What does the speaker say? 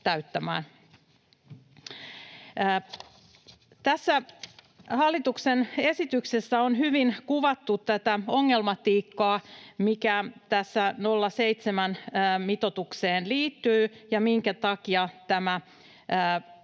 Tässä hallituksen esityksessä on hyvin kuvattu tätä ongelmatiikkaa, mikä 0,7-mitoitukseen liittyy ja minkä takia tämä